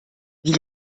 wie